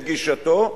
את גישתו,